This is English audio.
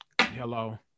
Hello